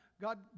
God